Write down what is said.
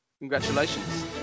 congratulations